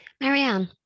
Marianne